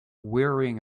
wearing